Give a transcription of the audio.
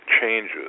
changes